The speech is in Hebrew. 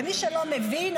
למי שלא מבין,